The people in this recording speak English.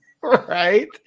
right